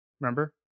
Remember